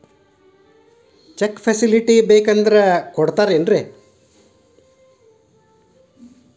Check facility ಬೇಕಂದ್ರ ಕೊಡ್ತಾರೇನ್ರಿ?